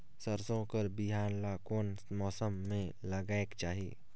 सरसो कर बिहान ला कोन मौसम मे लगायेक चाही?